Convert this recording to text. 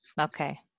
Okay